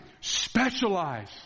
specialize